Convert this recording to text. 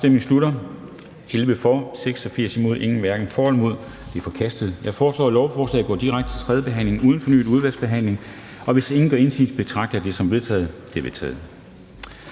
hverken for eller imod stemte 0. Ændringsforslaget er forkastet. Jeg foreslår, at lovforslaget går direkte til tredje behandling uden fornyet udvalgsbehandling, og hvis ingen gør indsigelse, betragter jeg det som vedtaget. Det er vedtaget.